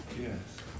Yes